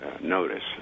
notice